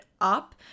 up